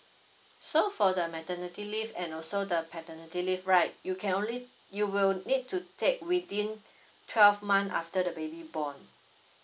so for the maternity leave and also the paternity leave right you can only you will need to take within twelve month after the baby born